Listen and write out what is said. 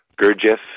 Gurdjieff